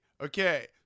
Okay